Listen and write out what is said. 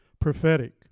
prophetic